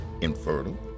infertile